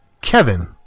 Kevin